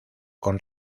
con